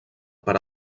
per